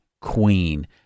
Queen